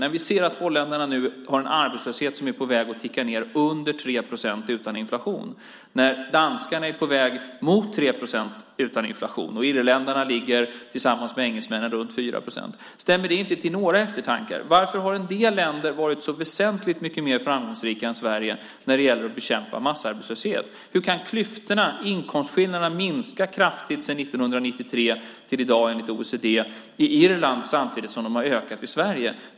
Stämmer det då inte till eftertanke när vi ser att holländarna har en arbetslöshet som är på väg att ticka ned under 3 procent utan inflation, när danskarna är på väg mot 3 procent utan inflation och irländarna tillsammans med engelsmännen ligger runt 4 procent? Varför har en del länder varit så väsentligt mycket mer framgångsrika än Sverige när det gäller att bekämpa massarbetslösheten? Hur kan klyftorna, inkomstskillnaderna, minska kraftigt på Irland mellan 1993 och i dag enligt OECD samtidigt som de har ökat i Sverige?